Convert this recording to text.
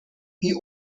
wie